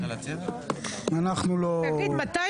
אם אלמוג יכול